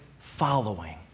following